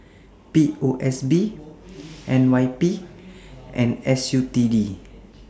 P O S B N Y P and S U T D